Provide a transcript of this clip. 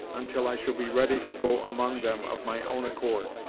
until i shall be ready to go among them of my own accord.